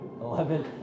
Eleven